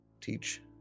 teach